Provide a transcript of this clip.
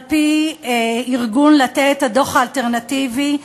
על-פי ארגון "לתת", הדוח האלטרנטיבי,